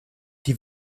die